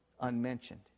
unmentioned